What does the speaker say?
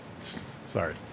Sorry